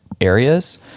areas